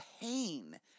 pain